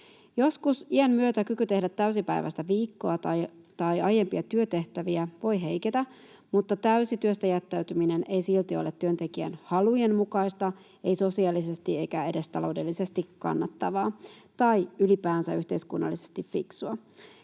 Joskus iän myötä kyky tehdä täysipäiväistä viikkoa tai aiempia työtehtäviä voi heiketä, mutta täysi työstä jättäytyminen ei silti ole työntekijän halujen mukaista, ei sosiaalisesti eikä edes taloudellisesti kannattavaa tai ylipäänsä yhteiskunnallisesti fiksua.